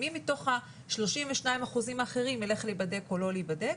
מתוך ה-32% האחרים יילך להידבק או לא להיבדק.